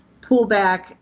pullback